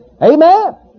Amen